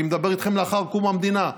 אני מדבר איתכם על אחרי קום המדינה.